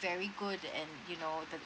very good and you know